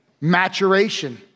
Maturation